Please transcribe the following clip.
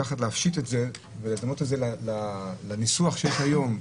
להפשיט את זה ולדמות את זה לניסוח של היום,